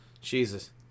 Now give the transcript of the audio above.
Jesus